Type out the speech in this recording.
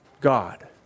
God